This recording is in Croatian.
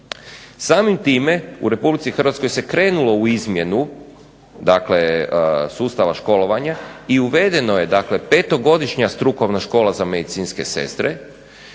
Samim time u Republici Hrvatskoj se krenulo u izmjenu, dakle sustava školovanja i uvedeno je, dakle petogodišnja strukovna škola za medicinske sestre